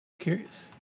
Curious